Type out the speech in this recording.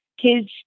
kids